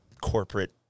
corporate